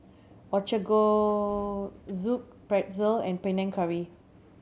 Ochazuke Pretzel and Panang Curry